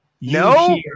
no